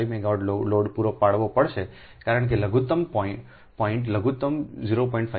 5 megawatt load પૂરો પાડવો પડશે કારણ કે લઘુત્તમ પોઇન્ટ લઘુત્તમ લોડ 0